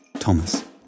Thomas